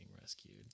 rescued